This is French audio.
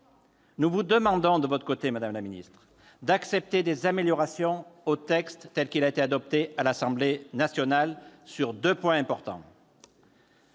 nous vous demandons, de votre côté, madame la ministre, d'accepter des améliorations au texte de l'Assemblée nationale sur deux points importants.